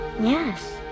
yes